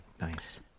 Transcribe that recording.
nice